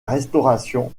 restauration